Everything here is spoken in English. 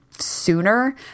sooner